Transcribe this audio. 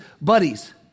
buddies